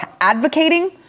advocating